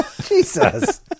Jesus